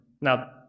Now